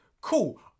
Cool